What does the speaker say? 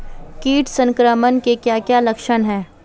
कीट संक्रमण के क्या क्या लक्षण हैं?